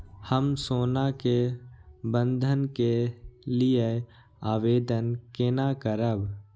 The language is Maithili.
हम सोना के बंधन के लियै आवेदन केना करब?